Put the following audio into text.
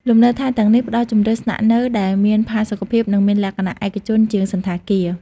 លំនៅឋានទាំងនេះផ្តល់ជម្រើសស្នាក់នៅដែលមានផាសុកភាព និងមានលក្ខណៈឯកជនជាងសណ្ឋាគារ។